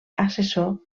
assessor